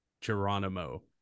Geronimo